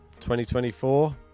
2024